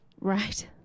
Right